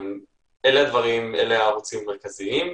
אלה הערוצים המרכזיים.